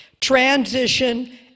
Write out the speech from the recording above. transition